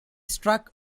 struck